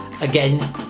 again